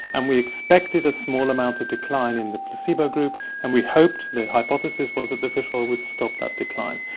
and we expected a small amount of decline in the placebo group and we hoped, the hypothesis was that the fish oil would stop that decline.